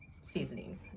seasoning